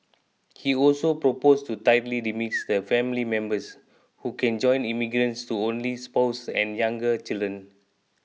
he also proposed to tightly limits the family members who can join immigrants to only spouses and younger children